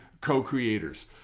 co-creators